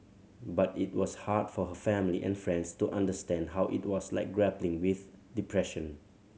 but it was hard for her family and friends to understand how it was like grappling with depression